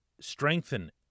strengthen